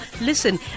listen